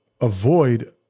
avoid